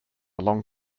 long